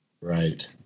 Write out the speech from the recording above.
Right